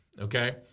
Okay